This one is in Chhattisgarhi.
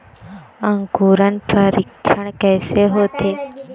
अंकुरण परीक्षण कैसे होथे?